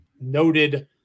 noted